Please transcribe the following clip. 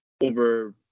over